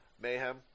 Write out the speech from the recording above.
Mayhem